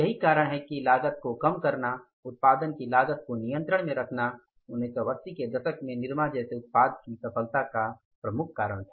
यही कारण है कि लागत को कम करना उत्पादन की लागत को नियंत्रण में रखना 1980 के दशक में निरमा जैसे उत्पाद की सफलता का प्रमुख कारण था